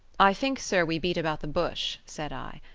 i think, sir, we beat about the bush said i.